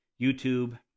YouTube